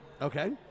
Okay